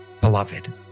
beloved